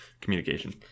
communication